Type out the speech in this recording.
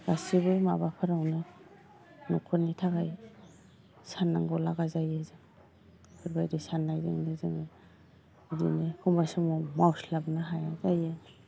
गासैबो माबाफोरावनो न'खरनि थाखाय साननांगौ लागा जायो बेफोरबायदि साननायजोंनो जोङो बिदिनो एखनबा समाव मावस्लाबनो हाया जायो